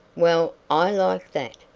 well, i like that,